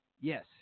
Yes